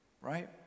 right